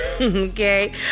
okay